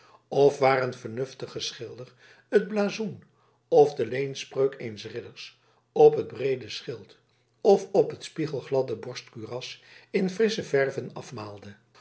of waar een vernuftige schilder het blazoen of de leenspreuk eens ridders op het breede schild of op het spiegel gladde borstkuras in frissche verven afmaalde